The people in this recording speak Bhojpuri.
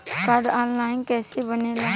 कार्ड ऑन लाइन कइसे बनेला?